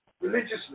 religiously